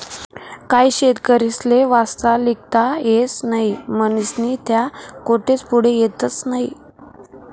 काही शेतकरीस्ले वाचता लिखता येस नही म्हनीस्नी त्या कोठेच पुढे येतस नही